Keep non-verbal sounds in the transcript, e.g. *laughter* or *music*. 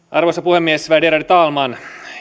*unintelligible* arvoisa puhemies värderade talman